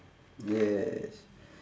yes